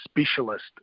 specialist